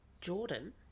Jordan